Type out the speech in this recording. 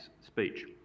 speech